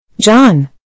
John